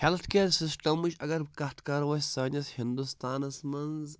health care سِسٹَمٕچ اگر کَتھ کَرو أسۍ سٲنِس ہِندوستانَس منٛز